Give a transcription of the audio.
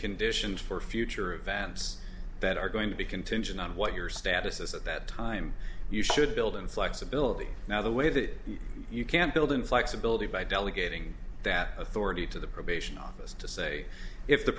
conditions for future events that are going to be contingent on what your status is at that time you should build in flexibility now the way that you can build in flexibility by delegating that authority to the probation office to say if the